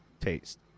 taste